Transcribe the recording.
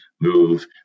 move